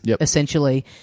essentially